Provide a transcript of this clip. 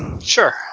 Sure